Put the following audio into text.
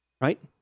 right